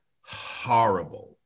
horrible